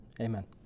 Amen